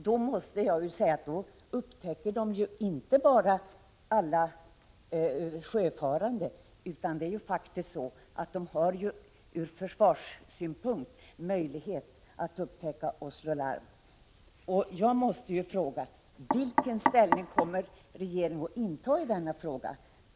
Då upptäcker man inte bara alla sjöfarande. Försvaret kan ju också upptäcka saker och slå larm. Vilken ställning kommer regeringen att inta i denna fråga?